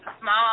small